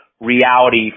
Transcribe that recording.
reality